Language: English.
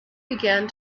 began